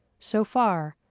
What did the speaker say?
so far,